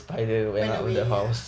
went away ya